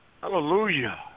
Hallelujah